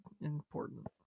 important